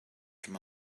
from